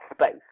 space